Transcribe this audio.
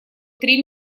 три